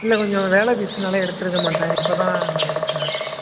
இல்லை கொஞ்சம் வேலை பிசினால் எடுத்திருக்க மாட்டேன் இப்போதான் எடுத்தேன்